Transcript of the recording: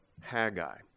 Haggai